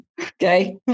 Okay